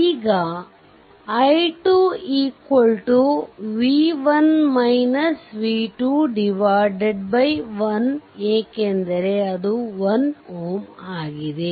ಈಗ i 2 1 ಏಕೆಂದರೆ ಅದು 1 Ω ಆಗಿದೆ